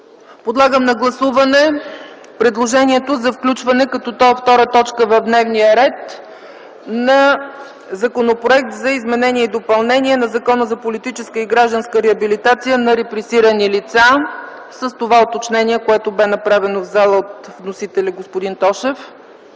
Подлагам на гласуване предложението за включване като втора точка в дневния ред на Законопроекта за изменение и допълнение на Закона за политическа и гражданска реабилитация на репресирани лица, с уточнението, което бе направено в пленарната зала от господин Тошев.